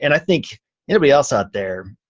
and i think everybody else out there,